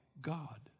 God